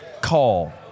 call